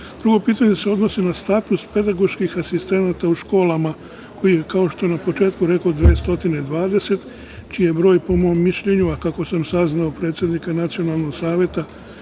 pitanje se odnosi na status pedagoških asistenata u školama, kojih, kao što sam na početku rekoh 220, čiji broj po mom mišljenju, a kako sam saznao od predsednika Nacionalnog saveta